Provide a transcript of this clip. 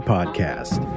Podcast